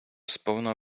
сповна